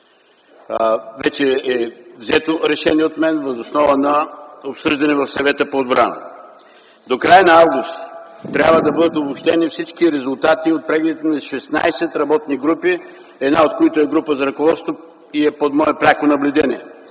Вече е взето решение от мен въз основа на обсъждане в Съвета за отбрана. До края на м. август трябва да бъдат обобщени всички резултати от прегледите на 16 работни групи, една от които е групата за ръководство и е под мое пряко наблюдение.